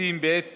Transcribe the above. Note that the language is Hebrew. מיסים בעת